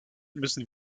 müssen